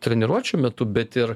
treniruočių metu bet ir